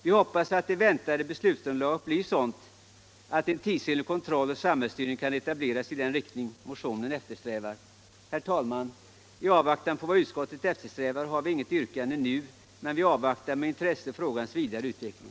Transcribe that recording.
Vi hoppas att det väntade beslutsunderlaget blir sådant att en tidsenlig kontroll och samhällsstyrning kan etableras i den riktning motionen kräver. Herr talman! I avvaktan på vad utskottet eftersträvar har vi nu inget yrkande, men vi avvaktar med intresse frågans vidare utveckling.